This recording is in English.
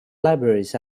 libraries